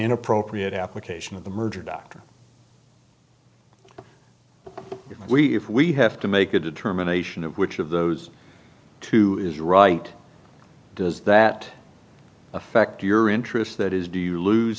appropriate application of the merger doctor if we if we have to make a determination of which of those two is right does that affect your interest that is do you lose